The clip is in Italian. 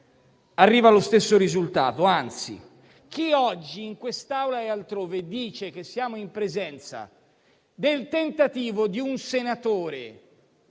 arriva lo stesso risultato; anzi. Chi oggi, in quest'Aula e altrove, dice che siamo in presenza del tentativo di un senatore